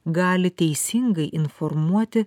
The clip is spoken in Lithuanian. gali teisingai informuoti